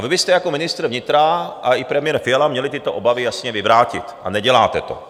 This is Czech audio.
Vy byste jako ministr vnitra a i premiér Fiala měli tyto obavy jasně vyvrátit, a neděláte to.